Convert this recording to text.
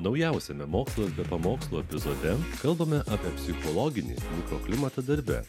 naujausiame mokslas be pamokslų epizode kalbame apie psichologinį mikroklimatą darbe